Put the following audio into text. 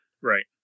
Right